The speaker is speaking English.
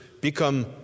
become